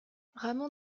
ramon